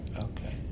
okay